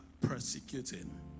persecuting